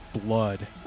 blood